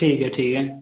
ठीक है ठीक है